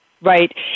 Right